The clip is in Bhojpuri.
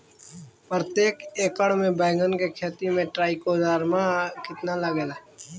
प्रतेक एकर मे बैगन के खेती मे ट्राईकोद्रमा कितना लागेला?